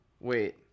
Wait